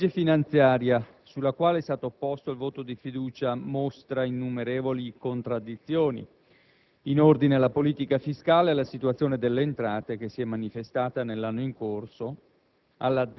la legge finanziaria sulla quale è stato posto il voto di fiducia, mostra innumerevoli contraddizioni: in ordine alla politica fiscale e alla situazione delle entrate che si è manifestata nell'anno in corso,